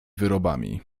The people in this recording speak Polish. wyrobami